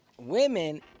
women